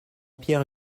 pierre